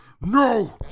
No